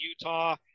Utah